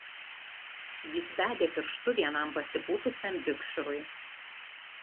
jis bedė pirštu vienam pasipūtusiam vikšrui